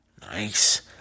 Nice